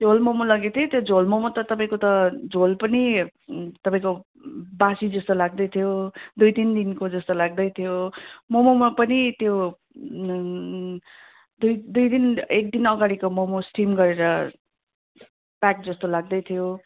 झोल मम लगेको थिएँ त्यो झोल मम त तपाईँको त झोल पनि तपाईँको बासी जस्तो लाग्दै थियो दुई तिन दिनको जस्तो लाग्दै थियो मममा पनि त्यो दुई दुई दिन एक दिन अगाडिको मम स्टिम गरेर प्याक जस्तो लाग्दै थियो